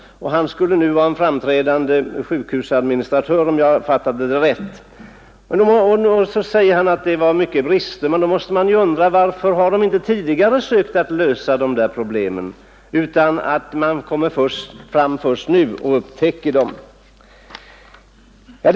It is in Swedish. Han skulle vara en framträdande sjukhusadministratör, om jag fattade det rätt, och han skulle bl.a. ha anfört att det finns många brister. Då undrar jag: Varför har man inte tidigare försökt lösa de problemen? Varför upptäcker man dem först nu? Herr talman!